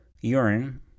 urine